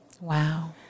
Wow